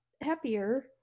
happier